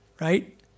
right